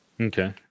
Okay